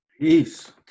Peace